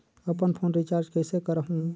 अपन phone recharge कइसे करहु?